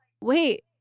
wait